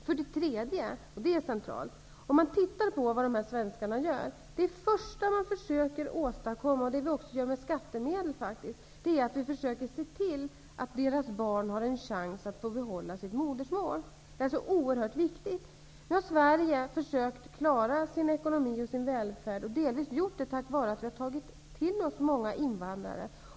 För det tredje vill jag säga, och det är centralt, att om man tittar på vad de här svenskarna gör, så finner man att det första de gör -- och det sker även med skattemedel faktiskt -- är att se till att barnen har en chans att behålla sitt modersmål. Det är alltså oerhört viktigt. Sverige har försökt klara sin ekonomi och sin välfärd och delvis gjort det tack vare att vi har tagit till oss många invandrare.